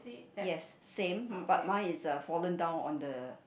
yes same but mine is a fallen down on the